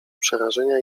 przerażenia